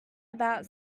about